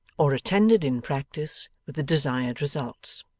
or attended in practice with the desired results.